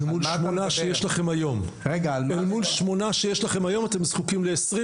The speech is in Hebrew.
אל מול שמונה שיש לכם היום אתם זקוקים ל-20,